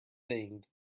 thinged